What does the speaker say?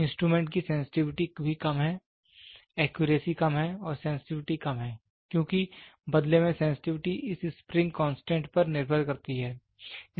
instrument की sensitivity भी कम है एक्यूरेसी कम है और सेंसटिविटी कम है क्योंकि बदले में सेंसटिविटी इस स्प्रिंग कांस्टेंट पर निर्भर करती है